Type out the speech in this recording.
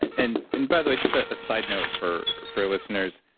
and and by the way, just a side note for for our listeners